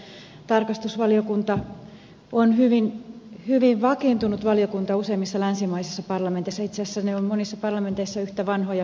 tarkastusvaliokunta on hyvin vakiintunut valiokunta useimmissa länsimaisissa parlamenteissa itse asiassa ne ovat monissa parlamenteissa yhtä vanhoja kuin valtiovarainvaliokunnatkin